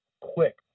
quick